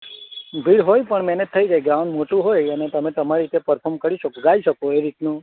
ભીડ હોય પણ મેનેજ થઈ જાય ગ્રાઉંડ મોટું હોય અને તમે તમારી રીતે પર્ફોર્મ કરી શકો ગાઈ શકો એ રીતનું